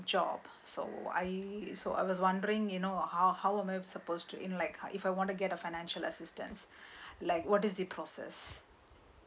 job so I so I was wondering you know how how am I supposed to in like uh if I wanna get a financial assistance like what is the process